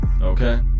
Okay